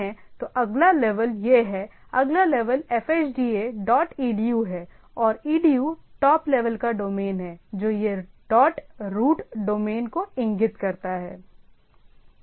तो अगला लेवल यह है अगला लेवल fhda dot edu है और edu टॉप लेवल का डोमेन है जो यह डॉट रूट डोमेन को इंगित करता है